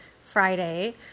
Friday